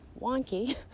wonky